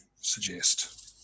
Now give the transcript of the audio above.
suggest